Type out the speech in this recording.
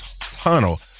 tunnel